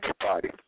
party